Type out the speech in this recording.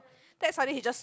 that suddenly he just